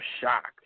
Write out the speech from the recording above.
shocked